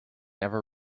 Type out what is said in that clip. ever